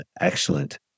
excellent